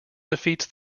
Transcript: defeats